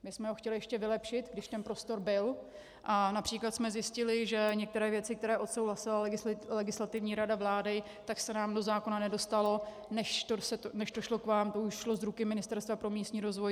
My jsme ho chtěli ještě vylepšit, když ten prostor byl, a například jsme zjistili, že některé věci, které odsouhlasila Legislativní rada vlády, se nám do zákona nedostaly, než to šlo k vám, to už šlo z ruky Ministerstva pro místní rozvoj.